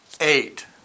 eight